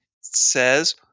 says